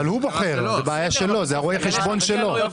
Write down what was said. אבל הוא בוחר, זה בעיה שלו, זה רואה החשבון שלו.